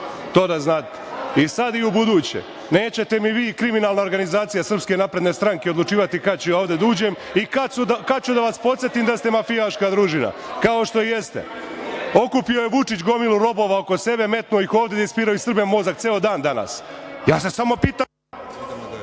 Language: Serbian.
To da znate i sada i ubuduće, nećete mi vi kriminalna organizacija SNS odlučivati kada ću ja ovde da uđem i kada ću da vas podsetim da ste mafijaška družina, kao što jeste. Okupio je Vučić gomilu robova oko sebe, metnu ih ovde da ispiraju svima mozak ceo dan danas. Ja se samo pitam…